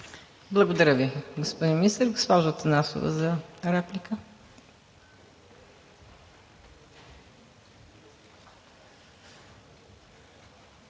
Благодаря Ви, господин Министър. Госпожо Атанасова, за реплика.